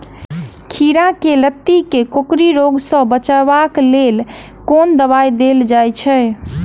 खीरा केँ लाती केँ कोकरी रोग सऽ बचाब केँ लेल केँ दवाई देल जाय छैय?